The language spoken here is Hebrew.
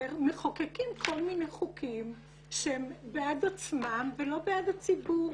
שמחוקקים כל מיני חוקים שהם בעד עצמם ולא בעד הציבור.